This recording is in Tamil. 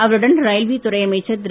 அவருடன் ரயில்வே துறை அமைச்சர் திரு